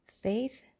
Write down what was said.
Faith